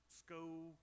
school